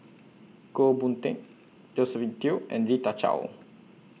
Goh Boon Teck Josephine Teo and Rita Chao